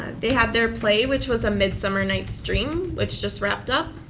ah they had their play, which was a midsummer mights dream, which just wrapped up.